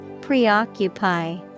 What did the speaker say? Preoccupy